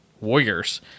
warriors